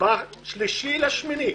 ב-3 באוגוסט,